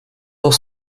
noch